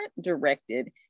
directed